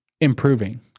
improving